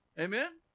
Amen